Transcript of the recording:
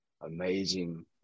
amazing